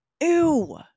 Ew